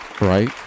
Right